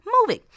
moving